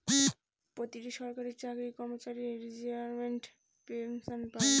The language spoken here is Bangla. প্রতিটি সরকারি চাকরির কর্মচারী রিটায়ারমেন্ট পেনসন পাই